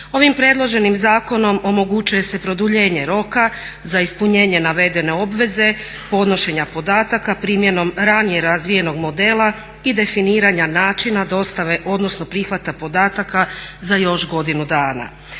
Ovim predloženim zakonom omogućuje se produljenje roka za ispunjenje navedene obveze, podnošenja podataka, primjenom ranije razvijenog modela i definiranja načina dostave, odnosno prihvata podataka za još godinu dana.